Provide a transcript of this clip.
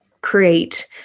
create